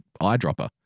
eyedropper